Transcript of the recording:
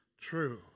True